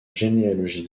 généalogie